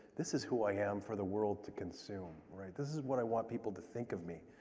this is who i am for the world to consume, right? this is what i want people to think of me.